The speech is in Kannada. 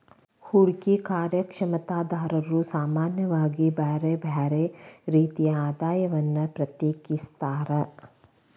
ಹೂಡ್ಕಿ ಕಾರ್ಯಕ್ಷಮತಾದಾರ್ರು ಸಾಮಾನ್ಯವಾಗಿ ಬ್ಯರ್ ಬ್ಯಾರೆ ರೇತಿಯ ಆದಾಯವನ್ನ ಪ್ರತ್ಯೇಕಿಸ್ತಾರ್